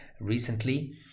recently